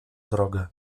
drogę